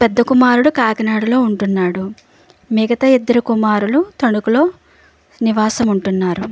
పెద్ద కుమారుడు కాకినాడలో ఉంటున్నాడు మిగతా ఇద్దరు కుమారులు తణుకులో నివాసం ఉంటున్నారు